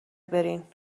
برین